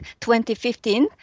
2015